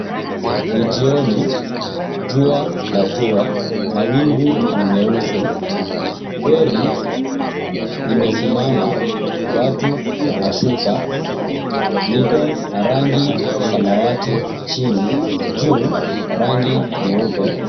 Ni jioni. Jua latua. Mawingu ni meusi. Ferry limesimama. Watu wanashuka. Liko na rangi ya samawati chini. Juu rangi nyeupe.